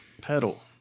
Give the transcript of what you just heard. Pedal